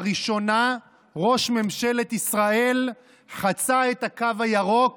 לראשונה ראש ממשלת ישראל חצה את הקו הירוק